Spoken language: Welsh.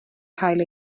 cael